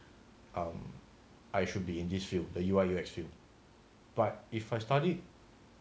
um I should be in this field the U_I U_X field but if I studied